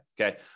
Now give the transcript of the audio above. okay